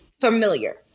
familiar